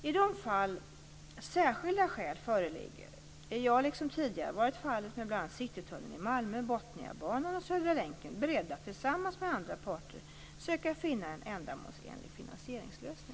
I de fall särskilda skäl föreligger är jag, liksom tidigare varit fallet med bl.a. Citytunneln i Malmö, Botniabanan och Södra länken, beredd att tillsammans med andra parter söka finna en ändamålsenlig finansieringslösning.